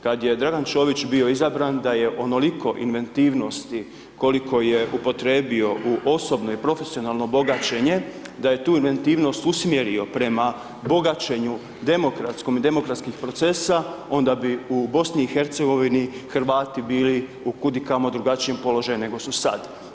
Kad je Dragan Čović bio izabran, da je onoliko inventivnosti koliko je upotrijebio u osobnoj, profesionalno bogaćenje, da je tu inventivnost usmjerio prema bogaćenju demokratskom i demokratskih procesa, onda bi u Bosni i Hercegovini, Hrvati bili u kud i kamo drugačijem položaju nego su sad.